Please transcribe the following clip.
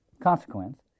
Consequence